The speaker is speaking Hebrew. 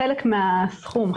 חלק מהסכום,